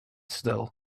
still